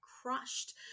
crushed